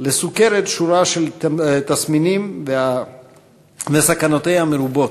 לסוכרת שורה של תסמינים וסכנותיה מרובות,